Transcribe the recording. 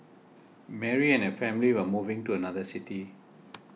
Mary and family were moving to another city